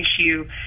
issue